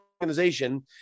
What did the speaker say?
organization